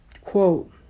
Quote